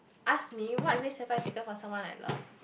ask me what risk have I taken for someone I love